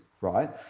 right